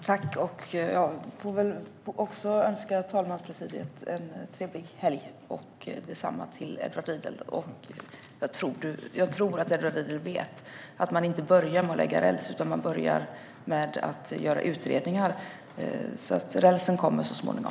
Herr talman! Jag får önska talmanspresidiet en trevlig helg. Jag önskar detsamma till Edward Riedl. Jag tror att Edward Riedl vet att man inte börjar med att lägga räls utan att man börjar med att göra utredningar. Rälsen kommer så småningom.